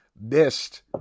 missed